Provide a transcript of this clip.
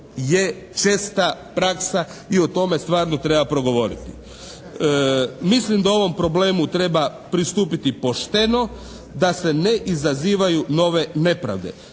je česta praksa i o tome stvarno treba progovoriti. Mislim da ovom problemu treba pristupiti pošteno, da se ne izazivaju nove nepravde.